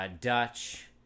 Dutch